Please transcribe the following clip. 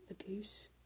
abuse